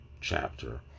chapter